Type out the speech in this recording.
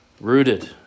rooted